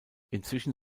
inzwischen